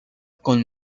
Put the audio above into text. con